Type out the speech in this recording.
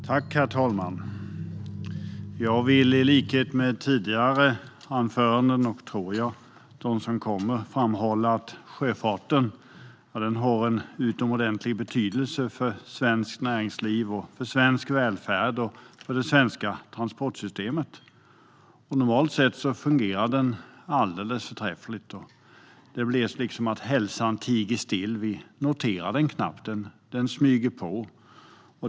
Herr talman! Jag vill i likhet med tidigare anföranden och, tror jag, med dem som kommer, framhålla att sjöfarten har en utomordentlig betydelse för svenskt näringsliv, svensk välfärd och det svenska transportsystemet. Normalt sett fungerar sjöfarten alldeles förträffligt. Det blir att hälsan tiger still, och vi noterar knappt sjöfarten. Den smyger på.